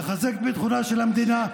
לחזק את ביטחונה של המדינה,